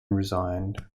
resigned